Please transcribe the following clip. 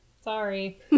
sorry